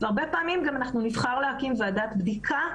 הרבה פעמים אנחנו גם נבחר להקים ועדת בדיקה,